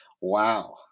Wow